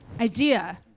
idea